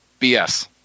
BS